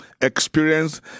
experience